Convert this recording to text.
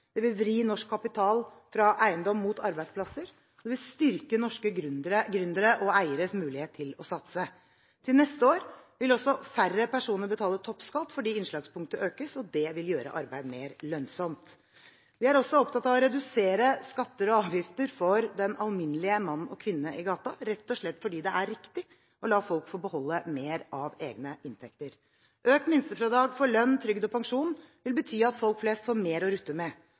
De vil vri norsk kapital fra eiendom mot arbeidsplasser og styrke norske gründeres og eieres mulighet til å satse. Til neste år vil også færre personer betale toppskatt, fordi innslagspunktet økes, og det vil gjøre arbeid mer lønnsomt. Vi er også opptatt av å redusere skatter og avgifter for den alminnelige mann og kvinne i gata, rett og slett fordi det er riktig å la folk få beholde mer av egne inntekter. Økt minstefradrag for lønn, trygd og pensjon vil bety at folk flest får mer å rutte med.